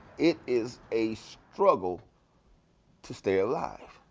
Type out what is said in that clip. it is a struggle to stay alive.